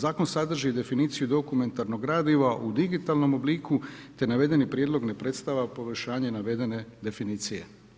Zakon sadrži definiciju dokumentarnog gradiva u digitalnom obliku te navedeni prijedlog ne predstavlja poboljšanje navedene definicije.